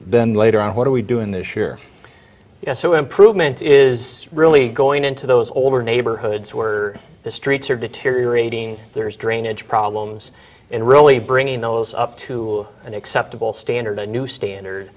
then later on what are we doing this year yes so improvement is really going into those older name hoods were the streets are deteriorating there is drainage problems in really bringing those up to an acceptable standard a new standard